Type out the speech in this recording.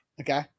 Okay